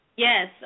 Yes